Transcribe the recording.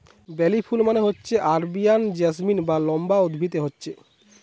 বেলি ফুল মানে হচ্ছে আরেবিয়ান জেসমিন যা লম্বা উদ্ভিদে হচ্ছে